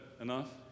enough